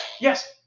yes